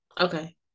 Okay